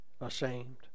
ashamed